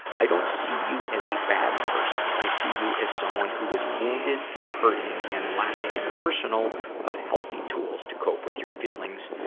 i don't see you as a bad person i see you as someone who is wounded and hurting and lacking an arsenal of healthy tools to cope with your feelings.